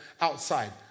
outside